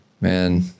Man